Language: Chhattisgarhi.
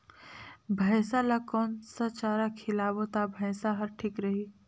भैसा ला कोन सा चारा खिलाबो ता भैंसा हर ठीक रही?